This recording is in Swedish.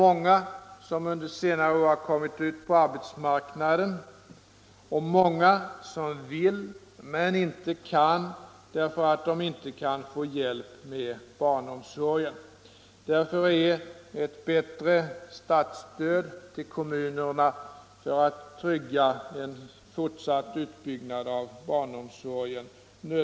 Många människor har under senare år kommit ut på arbetsmarknaden. Många vill men kan inte ta arbete, eftersom de inte kan få hjälp med barnomsorgen. Därför är bättre statsstöd till kommunerna nödvändigt för att trygga en bättre utbyggnad av barnomsorgen.